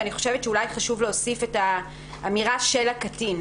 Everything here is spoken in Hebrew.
ואני חושבת שאולי חשוב להוסיף את האמירה "של הקטין"